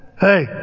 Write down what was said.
Hey